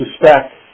suspect